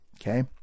okay